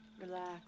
Relax